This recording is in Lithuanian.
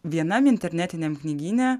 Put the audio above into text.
vienam internetiniam knygyne